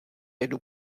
jedu